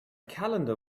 calendar